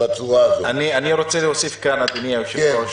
אני רוצה להוסיף כאן, אדוני היושב-ראש.